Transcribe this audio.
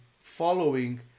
following